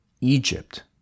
egypt